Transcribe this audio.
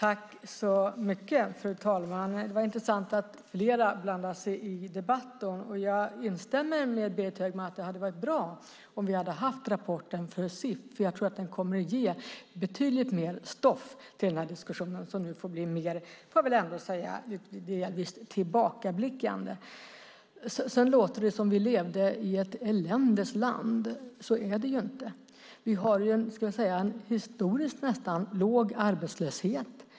Fru talman! Det är intressant att fler blandar sig i debatten. Jag instämmer med Berit Högman att det hade varit bra om vi hade haft rapporten från CIF, för jag tror att den kommer att ge betydligt mer stoff till den här diskussionen, som nu får bli mer tillbakablickande. Det låter som att vi levde i ett eländes land. Så är det ju inte. Vi har en nästan historiskt låg arbetslöshet.